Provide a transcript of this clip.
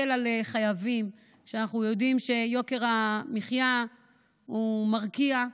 אנחנו יודעים שיוקר המחיה מרקיע,